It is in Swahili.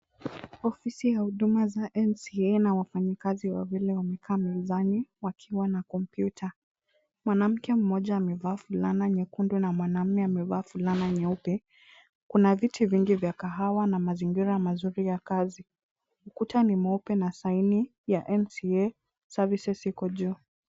Ofisi ya huduma za MCA na wafanyikazi wawili wamekaa mezani wakiwa na kompyuta. Mwanamke mmoja amevaa fulana nyekundu na mwanaume amevaa fulana nyeupe. Kuna viti vingi vya kahawa na mazingira mazuri ya kazi. Kuta ni mweupe na saini ya MCA Services iko juu.